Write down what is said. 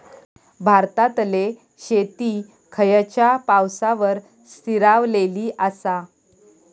भारतातले शेती खयच्या पावसावर स्थिरावलेली आसा?